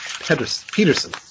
Peterson